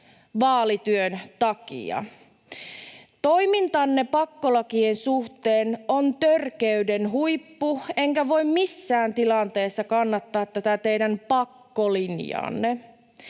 vaalityön takia. Toimintanne pakkolakien suhteen on törkeyden huippu, enkä voi missään tilanteessa kannattaa tätä teidän pakkolinjaanne.